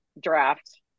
draft